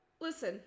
listen